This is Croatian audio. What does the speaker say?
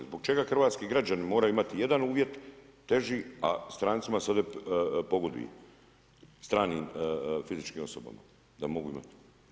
Zbog čega hrvatski građani moraju imati 1 uvjet, teži, a strancima se ovdje pogoduje, stranim fizičkim osobama, da mogu imati.